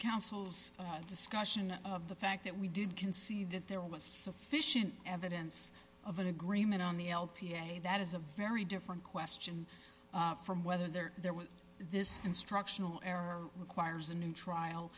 counsel's discussion of the fact that we did can see that there was sufficient evidence of an agreement on the lp a that is a very different question from whether there there was this instructional error requires a new trial